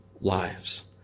lives